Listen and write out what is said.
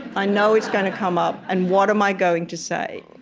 i know it's going to come up, and what am i going to say?